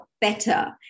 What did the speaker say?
better